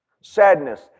Sadness